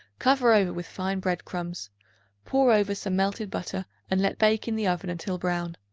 cover over with fine bread-crumbs pour over some melted butter and let bake in the oven until brown.